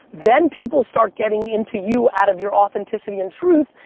then, people start getting into you out of your authenticity and truth,